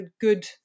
good